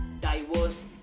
diverse